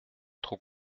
trop